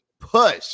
push